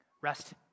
Rest